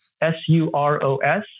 S-U-R-O-S